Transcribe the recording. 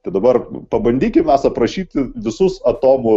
tai dabar pabandykim mes aprašyti visus atomų